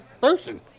person